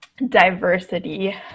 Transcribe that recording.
diversity